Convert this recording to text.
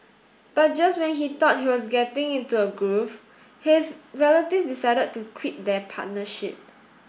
but just when he thought he was getting into a groove his relative decided to quit their partnership